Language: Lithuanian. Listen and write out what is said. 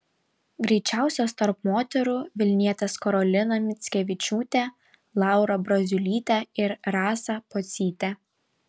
greičiausios tarp moterų vilnietės karolina mickevičiūtė laura braziulytė ir rasa pocytė